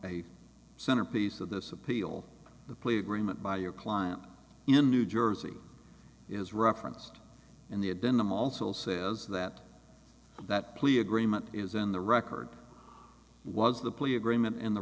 a centerpiece of this appeal the plea agreement by your client in new jersey is referenced in the adenoma also says that that plea agreement is in the record was the plea agreement and the